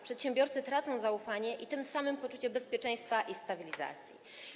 Przedsiębiorcy tracą zaufanie, a tym samym - poczucie bezpieczeństwa i stabilizacji.